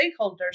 stakeholders